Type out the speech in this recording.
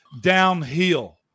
downhill